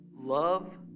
love